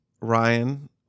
Ryan